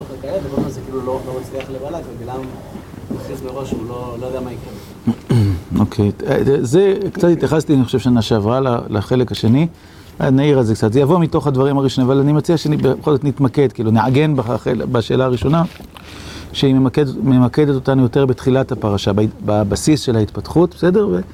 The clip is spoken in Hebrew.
וכעת דבר כזה לא מצליח לבלעם ובגלל זה הוא מכריז מראש שהוא לא יודע מה יקרה. אוקיי, זה קצת התייחסתי אני חושב שנה עברה לחלק השני נעיר על זה קצת, זה יבוא מתוך הדברים הראשונים אבל אני מציע שבכל זאת נתמקד, כאילו נעגן בשאלה הראשונה שהיא ממקדת אותנו יותר בתחילת הפרשה, בבסיס של ההתפתחות, בסדר?